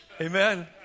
Amen